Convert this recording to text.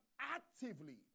actively